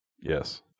Yes